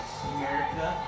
America